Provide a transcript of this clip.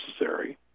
necessary